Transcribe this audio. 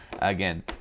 Again